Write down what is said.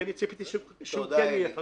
כי אני רציתי שהוא כן יהיה חקלאי.